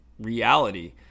reality